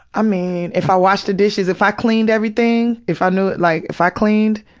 i mean, if i washed the dishes, if i cleaned everything, if i knew like, if i cleaned,